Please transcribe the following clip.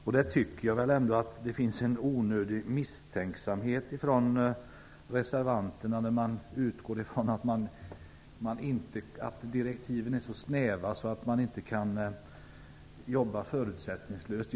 Jag tycker att det finns en onödig misstänksamhet fån reservanterna. De utgår ifrån att direktiven är så snäva att utredningsmannen inte kan jobba förutsättningslöst.